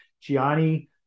Gianni